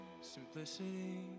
Simplicity